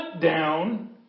down